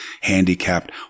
handicapped